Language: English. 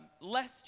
less